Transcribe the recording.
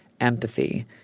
empathy